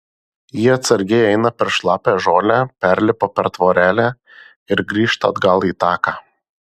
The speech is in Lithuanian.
jie atsargiai eina per šlapią žolę perlipa per tvorelę ir grįžta atgal į taką